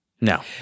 no